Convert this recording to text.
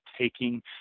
taking